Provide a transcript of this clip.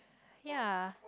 ya